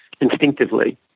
instinctively